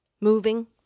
Moving